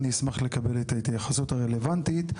אני אשמח לקבל את ההתייחסות הרלוונטית.